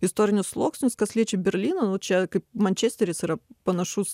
istorinius sluoksnius kas liečia berlyną nu čia kaip mančesteris yra panašus